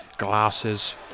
glasses